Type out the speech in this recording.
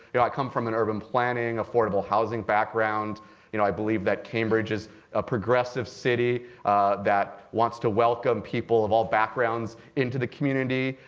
i come from an urban planning, affordable housing background. you know i believe that cambridge is a progressive city that wants to welcome people of all backgrounds into the community.